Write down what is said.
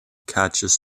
catches